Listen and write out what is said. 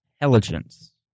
Intelligence